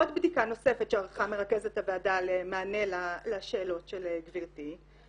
עוד בדיקה נוספת שערכה מרכזת הוועדה במענה לשאלות של גבירתי,